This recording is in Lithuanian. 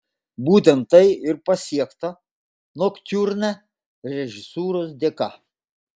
būtent tai ir pasiekta noktiurne režisūros dėka